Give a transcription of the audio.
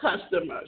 customers